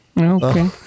Okay